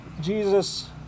Jesus